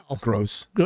gross